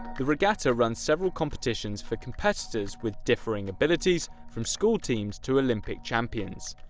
the regatta runs several competitions for competitors with differing abilities from school teams to olympic champions.